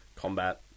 combat